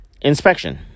inspection